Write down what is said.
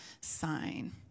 sign